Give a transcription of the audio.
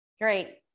Great